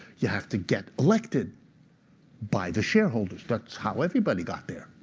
you have to get elected by the shareholders. that's how everybody got there.